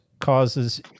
causes